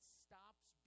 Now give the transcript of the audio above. stops